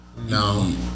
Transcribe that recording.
No